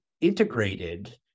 integrated